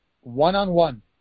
one-on-one